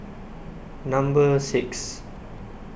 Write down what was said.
Number six